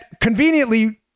conveniently